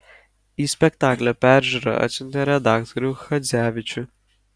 į spektaklio peržiūrą atsiuntė redaktorių chadzevičių